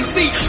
See